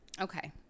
Okay